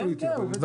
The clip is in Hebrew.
גלעד,